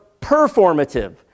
performative